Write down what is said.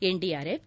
NDRF